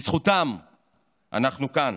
בזכותם אנחנו כאן,